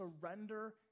surrender